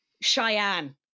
Cheyenne